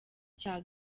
cya